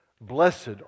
Blessed